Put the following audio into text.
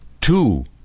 two